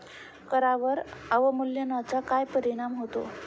करांवर अवमूल्यनाचा काय परिणाम होतो?